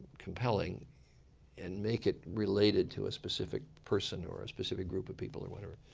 compelling and make it related to a specific person or a specific group of people or whatever.